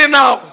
now